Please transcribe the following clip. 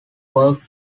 worked